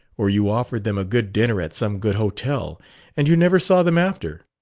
or you offered them a good dinner at some good hotel and you never saw them after.